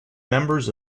members